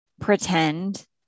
pretend